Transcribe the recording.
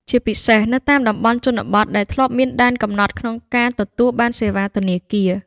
ជាពិសេសនៅតាមតំបន់ជនបទ ដែលធ្លាប់មានដែនកំណត់ក្នុងការទទួលបានសេវាធនាគារ។